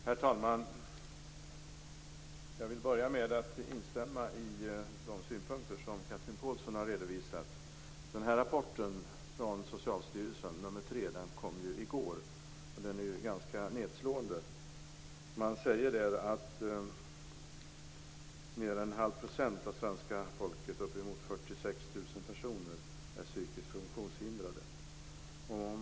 Herr talman! Jag vill börja med att instämma i de synpunkter som Chatrine Pålsson har redovisat. Rapporten från Socialstyrelsen, nr 3, kom ju i går. Den är ganska nedslående. Man säger där att mer än en halv procent av svenska folket - uppemot 46 000 personer - är psykiskt funktionshindrade.